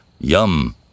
Yum